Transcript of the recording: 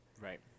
right